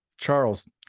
Charles